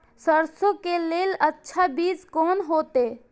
सरसों के लेल अच्छा बीज कोन होते?